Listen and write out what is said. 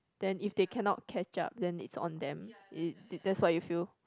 then if they cannot catch up then it's on them it that's what you feel